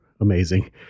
amazing